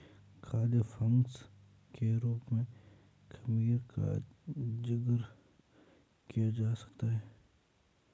खाद्य फंगस के रूप में खमीर का जिक्र किया जा सकता है